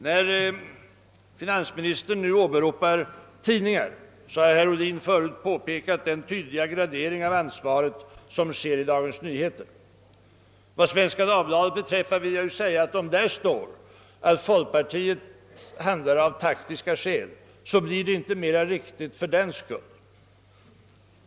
När finansministern nu åberopar tidningar vill jag hänvisa till den tydliga fördelning av ansvaret som sker i Dagens Nyheter och som herr Ohlin tidigare påpekat. Vad Svenska Dagbladet beträffar vill jag säga att om det där står att folkpartiet handlar av taktiska skäl, så blir det inte mer riktigt för den skull.